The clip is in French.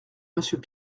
monsieur